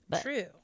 True